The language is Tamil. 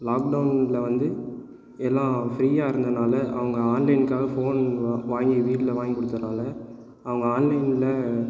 லாக்டவுனில் வந்து எல்லா ஃபிரீயா இருந்ததுனால் அவங்க ஆன்லைனுக்காக ஃபோன் வாங்கி வீட்டில் வாங்கி கொடுத்ததுனால அவங்க ஆன்லைனில்